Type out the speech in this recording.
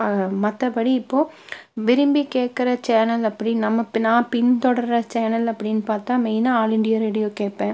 மற்றபடி இப்போது விரும்பி கேட்குற சேனல் அப்படி நம்ம நான் பின் தொடர்ற சேனல் அப்படின்னு பார்த்தா மெயினாக ஆல் இந்தியா ரேடியோ கேட்பேன்